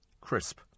Crisp